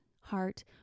heart